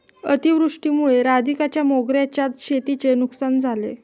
अतिवृष्टीमुळे राधिकाच्या मोगऱ्याच्या शेतीची नुकसान झाले